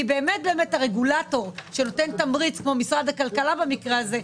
באמת הרגולטור שנותן תמריץ כמו משרד הכלכלה במקרה הזה,